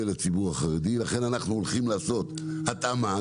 לציבור החרדי לכן אנחנו הולכים לעשות התאמה,